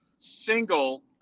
single